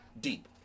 deep